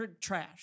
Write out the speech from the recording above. trash